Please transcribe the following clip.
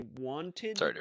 wanted